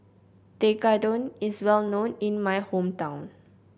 tekkadon is well known in my hometown